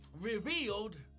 revealed